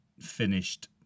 finished